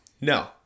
No